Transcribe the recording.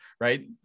Right